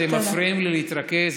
אתם מפריעים לי להתרכז,